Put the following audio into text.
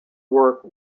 work